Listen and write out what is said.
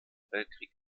weltkrieg